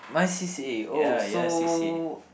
my c_c_a oh so